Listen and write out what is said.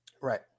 Right